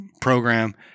program